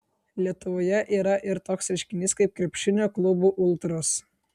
lietuvoje yra ir toks reiškinys kaip krepšinio klubų ultros